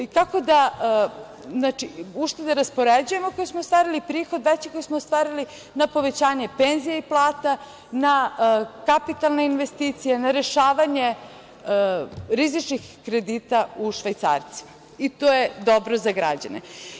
Znači, uštede raspoređujemo koje smo ostvarili, prihod veći koji smo ostvarili, na povećanje penzija i plata, na kapitalne investicije, na rešavanje rizičnih kredita u švajcarcima i to je dobro za građane.